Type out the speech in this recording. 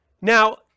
Now